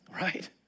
Right